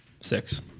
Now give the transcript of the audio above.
Six